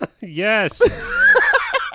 Yes